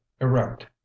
erect